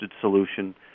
solution